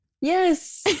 Yes